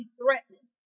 threatening